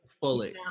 fully